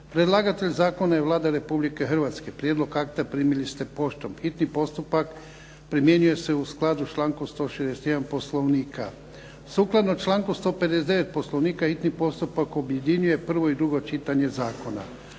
Predlagatelj zakona je Vlada Republike Hrvatske. Prijedlog akta primili ste poštom. Hitni postupak primjenjuje se u skladu s člankom 161. Poslovnika. Sukladno članku 159. Poslovnika hitni postupak objedinjuje prvo i drugo čitanje zakona.